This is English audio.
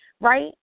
right